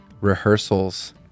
rehearsals